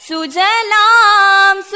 Sujalam